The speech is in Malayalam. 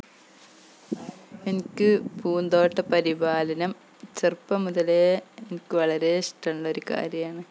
എനിക്ക് പൂന്തോട്ട പരിപാലനം ചെറുപ്പം മുതലേ എനിക്ക് വളരേ ഇഷ്ടമുള്ളൊരു കാര്യമാണ്